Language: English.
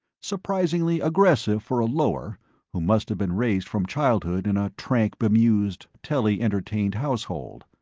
surprisingly aggressive for a lower who must have been raised from childhood in a trank-bemused, telly-entertained household.